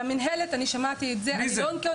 ערע במינהלת אני שמעתי את זה, אני לא אנקוט